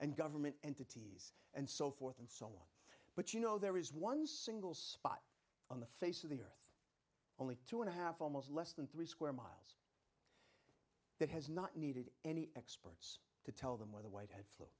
and government entities and so forth and so on but you know there is one single spot on the face of the earth only two and a half almost less than three square miles that has not needed any experts to tell them where the wife